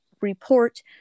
report